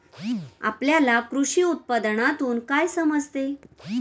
आपल्याला कृषी उत्पादनातून काय समजते?